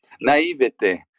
Naivete